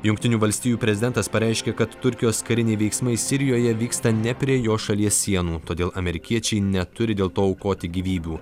jungtinių valstijų prezidentas pareiškė kad turkijos kariniai veiksmai sirijoje vyksta ne prie jo šalies sienų todėl amerikiečiai neturi dėl to aukoti gyvybių